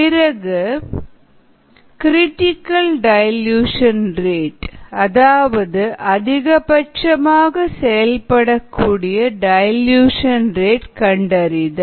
பிறகு critical dilution rate அதாவது அதிகபட்சமாக செயல்படக்கூடிய டயல்யூஷன் ரேட் கண்டறிதல்